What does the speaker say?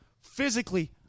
physically